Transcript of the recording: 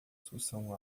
discussão